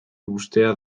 uztea